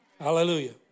Hallelujah